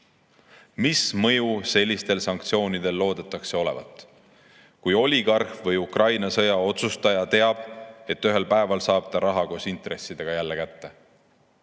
Mis mõju sellistel sanktsioonidel loodetakse olevat, kui oligarh või Ukraina sõja otsustaja teab, et ühel päeval saab ta raha koos intressidega jälle kätte?